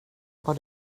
vad